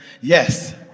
Yes